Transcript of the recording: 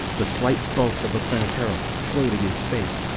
the slight bulk of the planetara, floating in space,